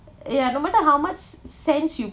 ya no matter how much s~ sense you